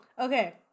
okay